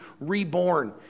reborn